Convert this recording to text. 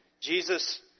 Jesus